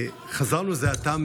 חזרנו זה עתה,